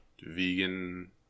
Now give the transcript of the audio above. vegan